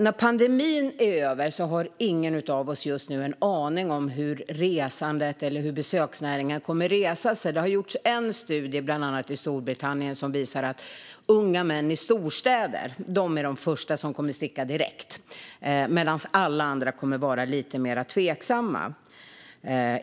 Just nu har ingen av oss en aning om hur resandet eller besöksnäringen kommer att resa sig när pandemin är över. Det har gjorts en studie ibland annat Storbritannien som visar att unga män i storstäder är de första som kommer att sticka direkt medan alla andra kommer att vara lite mer tveksamma.